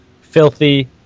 Filthy